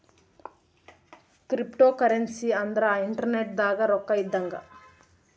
cryptocurrency ಅಂದ್ರ internet ದಾಗ ರೊಕ್ಕ ಇದ್ದಂಗ